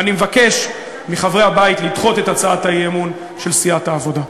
ואני מבקש מחברי הבית לדחות את הצעת האי-אמון של סיעת העבודה.